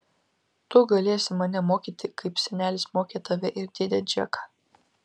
tu galėsi mane mokyti kaip senelis mokė tave ir dėdę džeką